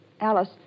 Alice